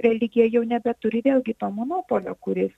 religija jau nebeturi vėlgi to monopolio kuris